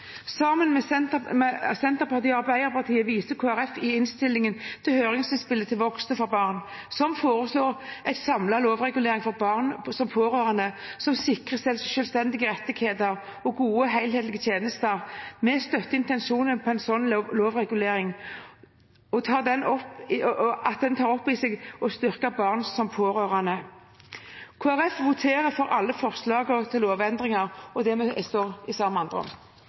Sammen med Senterpartiet og Arbeiderpartiet viser Kristelig Folkeparti i innstillingen til høringsutspillet fra Voksne for Barn, som foreslår en samlet lovregulering for barn som pårørende som sikrer selvstendige rettigheter og gode helhetlige tjenester. Vi støtter intensjonen bak en slik lovregulering, og at den tar opp i seg å styrke barn som pårørende. Kristelig Folkeparti stemmer for alle forslagene til lovendringer og det vi står sammen med andre om.